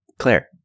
Claire